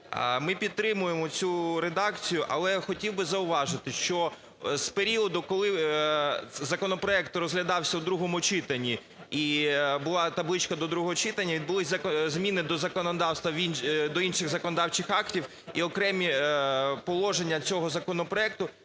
Ми підтримуємо цю редакцію, але я хотів би зауважити, що з періоду, коли законопроект розглядався у другому читанні і була табличка до другого читання, відбулися зміни до законодавства… до інших законодавчих актів, і окремі положення цього законопроекту